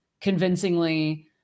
convincingly